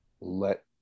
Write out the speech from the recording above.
let